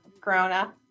Corona